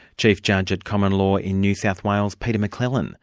chief judge at common law in new south wales, peter mcclellan.